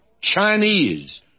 Chinese